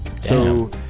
So-